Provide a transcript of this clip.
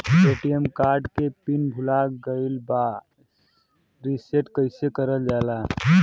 ATM card के PIN भूला गइल बा रीसेट कईसे करल जाला?